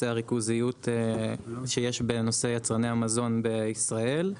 הריכוזיות שיש בנושא יצרני המזון בישראל,